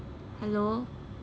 hello